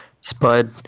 Spud